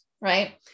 Right